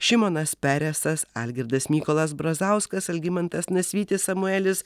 šimonas peresas algirdas mykolas brazauskas algimantas nasvytis samuelis